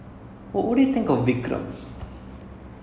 அப்புறம்:appuram what's your okay what's your favourite tamil movie